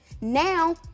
now